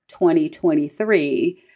2023